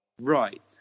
Right